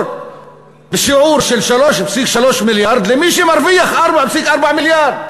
בשיעור של 3.3 מיליארד למי שמרוויח 4.4 מיליארד.